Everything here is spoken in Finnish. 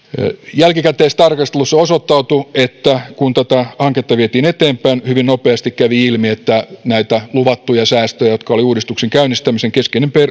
jälkikäteistarkastelussa osoittautui että kun tätä hanketta vietiin eteenpäin hyvin nopeasti kävi ilmi että näitä luvattuja säästöjä jotka olivat uudistuksen käynnistämisen keskeinen